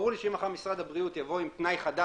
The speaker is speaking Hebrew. ברור לי שאם מחר משרד הבריאות יבואו עם תנאי חדש